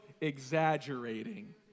exaggerating